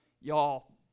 Y'all